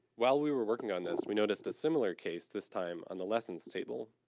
while we were working on this, we noticed a similar case this time on the lessons table.